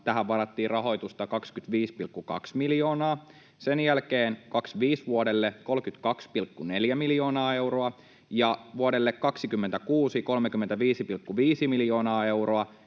tähän varattiin rahoitusta 25,2 miljoonaa, sen jälkeen vuodelle 25 varattiin 32,4 miljoonaa euroa ja 35,5 miljoonaa euroa